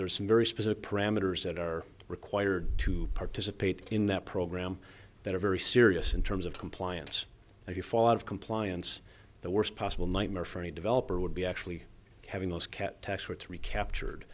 are some very specific parameters that are required to participate in that program that are very serious in terms of compliance if you fall out of compliance the worst possible nightmare for any developer would be actually having those cat experts recaptured